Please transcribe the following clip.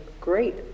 great